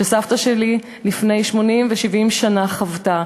שסבתא שלי לפני 80 ו-70 שנה חוותה,